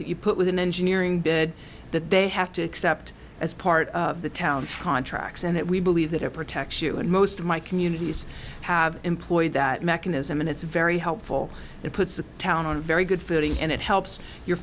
that you put with an engineering bid that they have to accept as part of the town's contracts and that we believe that oprah tex you and most of my communities have employed that mechanism and it's very helpful it puts the town on a very good footing and it helps your